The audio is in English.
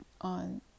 on